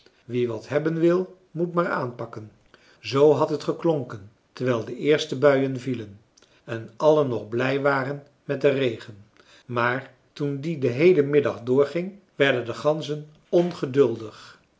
wie wat hebben wil moet maar aanpakken zoo had het geklonken terwijl de eerste buien vielen en allen nog blij waren met den regen maar toen die den heelen middag doorging werden de ganzen ongeduldig